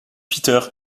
peter